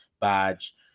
Badge